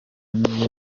niyo